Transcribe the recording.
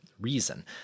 reason